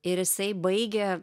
ir jisai baigė